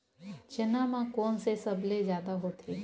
चना म कोन से सबले जादा होथे?